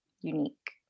unique